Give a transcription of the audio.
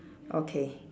okay